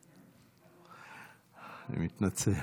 אני מתנצל.